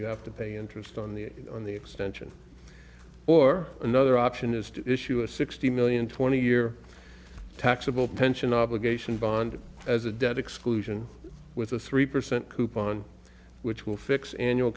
you have to pay interest on the on the extension or another option is to issue a sixty million twenty year taxable pension obligation bond as a debt exclusion with a three percent coupon which will fix annual